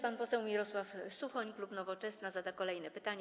Pan poseł Mirosław Suchoń, klub Nowoczesna, zada kolejne pytanie.